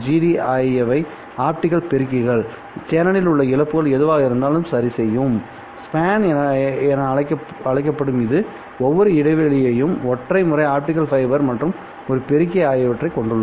D ஆகியவை optical பெருக்கிகள் சேனலில் உள்ள இழப்புகள் எதுவாக இருந்தாலும் சரி செய்யும் ஸ்பான் என அழைக்கப்படும் இதுஒவ்வொரு இடைவெளியும் ஒற்றை முறை ஆப்டிகல் ஃபைபர் மற்றும் ஒரு பெருக்கி ஆகியவற்றைக் கொண்டுள்ளது